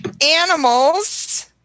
animals